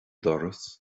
doras